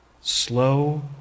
slow